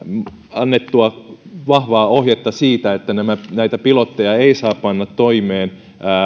annettua vahvaa ohjetta siitä että näitä pilotteja ei saa panna toimeen